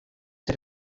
der